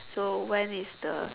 so when is the